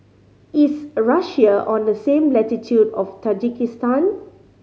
is Russia on the same latitude of Tajikistan